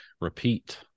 repeat